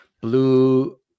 blue